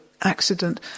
accident